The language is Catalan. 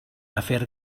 afer